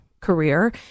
career